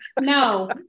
No